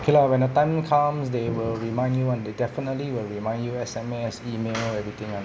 okay lah when the time comes they will remind you [one] they definitely will remind you S_M_S email everything [one]